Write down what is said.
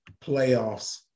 playoffs